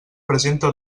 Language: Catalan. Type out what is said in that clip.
presenta